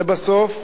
לבסוף,